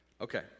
Okay